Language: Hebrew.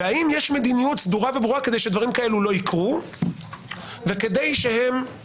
והאם יש מדיניות סדורה וברורה כדי שדברים כאלו לא יקרו וכדי שהצדק